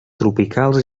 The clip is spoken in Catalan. tropicals